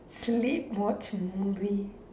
sleep watch movie